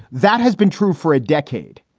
that has been true for a decade.